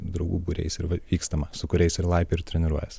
draugų būriais ir vykstama su kuriais ir laipioji ir treniruojies